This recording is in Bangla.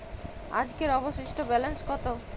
আজকের অবশিষ্ট ব্যালেন্স কত?